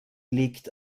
liegt